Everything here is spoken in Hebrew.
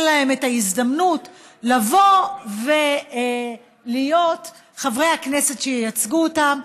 להם את ההזדמנות לבוא ולהיות חברי הכנסת שייצגו אותם,